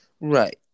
Right